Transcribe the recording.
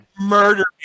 murder